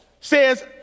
says